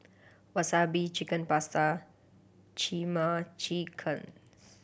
Wasabi Chicken Pasta Chimichickens